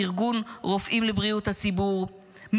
ארגון רופאים לבריאות הציבור,